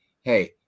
hey